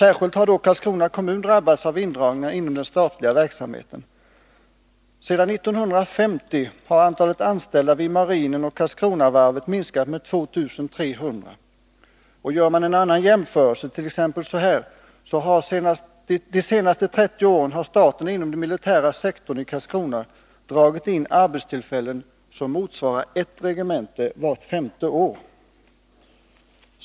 Särskilt Karlskrona kommun har drabbats av indragningarna inom den statliga verksamheten. Sedan 1950 har antalet anställda vid marinen och Karlskronavarvet minskat med 2 300. Låt mig göra en annan jämförelse: De senaste 30 åren har staten inom den militära sektorn i Karlskrona dragit in arbetstillfällen som motsvarar ett regemente vart femte år.